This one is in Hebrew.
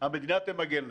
שהמדינה תמגן להם.